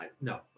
No